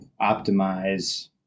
optimize